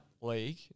league